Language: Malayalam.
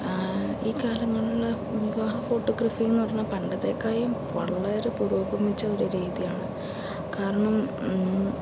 ഈ കാലങ്ങളിൽ വിവാഹ ഫോട്ടോഗ്രാഫി എന്നു പറയണ പണ്ടത്തെക്കാളും വളരെ പുരോഗമിച്ച ഒരു രീതിയാണ് കാരണം